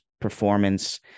performance